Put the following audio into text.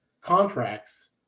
contracts